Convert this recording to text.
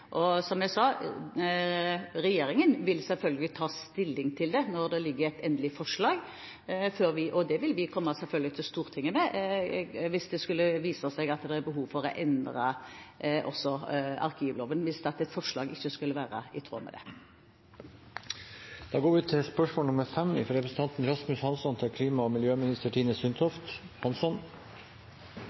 Som jeg sa, vil regjeringen selvfølgelig ta stilling til det når det foreligger et endelig forslag, og vi vil selvfølgelig komme til Stortinget med det, hvis det skulle vise seg at det er behov for å endre også arkivloven – hvis et forslag ikke skulle være i tråd med den. Da går vi til spørsmål